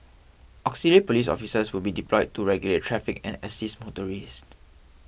auxiliary police officers will be deployed to regulate traffic and assist motorists